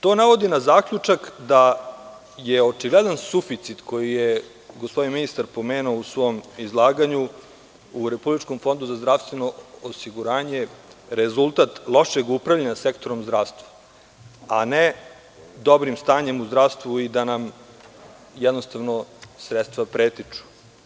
To navodi na zaključak da je očigledan suficit koji je gospodin ministar pomenuo u svom izlaganju u Republičkom fondu za zdravstveno osiguranje rezultat lošeg upravljanja sektora zdravstva, a ne dobrim stanjem u zdravstvu i da nam sredstva pretiču.